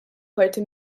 parti